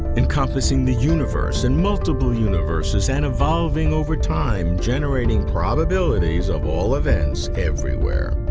encompassing the universe and multiple universes and evolving over time, generating probabilities of all events everywhere.